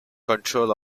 control